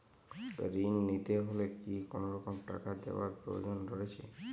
ঋণ নিতে হলে কি কোনরকম টাকা দেওয়ার প্রয়োজন রয়েছে?